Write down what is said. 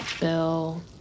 bill